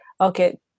okay